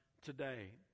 today